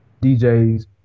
DJs